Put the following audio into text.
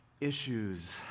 issues